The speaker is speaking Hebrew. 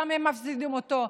והם מפסידים גם אותו.